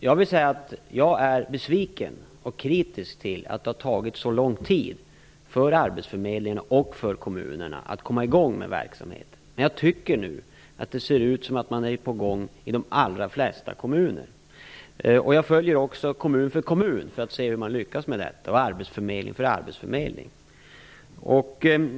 Jag är besviken över och kritisk till att det har tagit så lång tid för arbetsförmedlingen och för kommunerna att komma i gång med verksamheten, men jag tycker nu att det ser ut som om man är på gång i de allra flesta kommuner. Jag följer detta kommun för kommun och arbetsförmedling för arbetsförmedling för att se hur man lyckas.